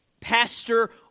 Pastor